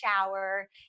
shower